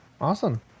Awesome